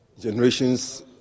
generation's